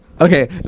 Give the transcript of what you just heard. okay